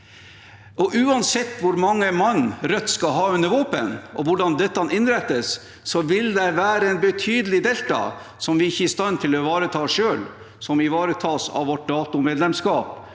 Uansett hvor mange mann Rødt skal ha under våpen, og hvordan dette innrettes, vil det være en betydelig «delta» som vi ikke er i stand til å ivareta selv, men som ivaretas av vårt NATO-medlemskap,